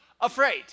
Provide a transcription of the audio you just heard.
afraid